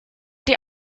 die